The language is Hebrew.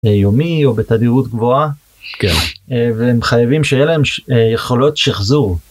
יומי או בתדירות גבוהה, והם חייבים שיהיה ש להם ש... יכולות שחזור.